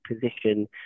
position